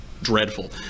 dreadful